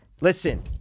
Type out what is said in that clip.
Listen